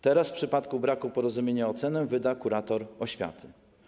Teraz w przypadku braku porozumienia ocenę wyda kurator oświaty.